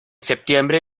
septiembre